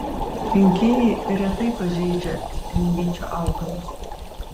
kenkėjai retai pažeidžia citrinvyčio augalus